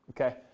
okay